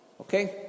Okay